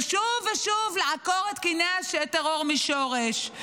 ושוב ושוב לעקור את קיני הטרור משורש,